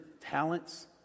talents